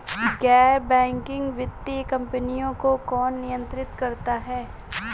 गैर बैंकिंग वित्तीय कंपनियों को कौन नियंत्रित करता है?